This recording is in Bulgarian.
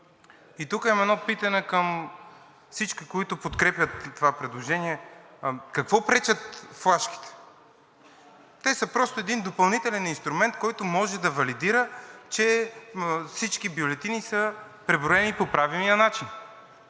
Тук имам едно питане към всички, които подкрепят това предложение, какво пречат флашките? Те са един допълнителен инструмент, който може да валидира, че всички бюлетини са преброени по правилния начин.